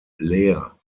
leer